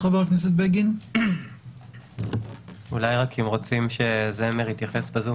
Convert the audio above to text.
האם רוצים שזמר בלונדהיים יתייחס בזום,